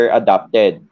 adopted